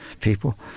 people